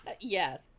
Yes